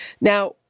Now